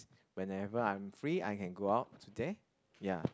whenever I'm free I can go out to there ya